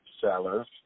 sellers